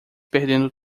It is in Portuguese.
perdendo